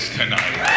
tonight